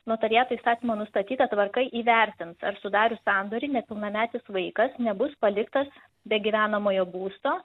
notariato įstatymo nustatyta tvarka įvertins ar sudarius sandorį nepilnametis vaikas nebus paliktas be gyvenamojo būsto